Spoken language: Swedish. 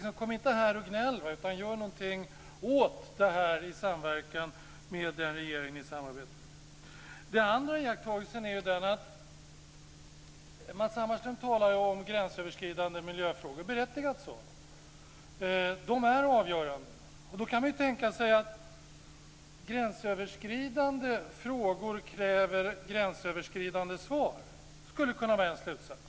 Så kom inte här och gnäll, utan gör någonting åt detta i samverkan med den regering ni samarbetar med! Den andra iakttagelsen handlar om detta att Matz Hammarström talar om gränsöverskridande miljöfrågor, och det är berättigat. De är avgörande. Då kan man ju tänka sig att gränsöverskridande frågor kräver gränsöverskridande svar. Det skulle kunna vara en slutsats.